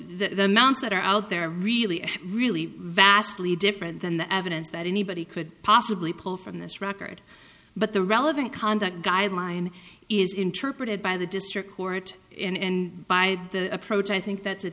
the amounts that are out there are really really vastly different than the evidence that anybody could possibly pull from this record but the relevant conduct guideline is interpreted by the district court in by the approach i think that's